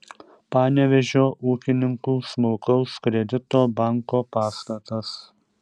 panevėžio ūkininkų smulkaus kredito banko pastatas